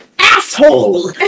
asshole